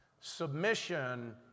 Submission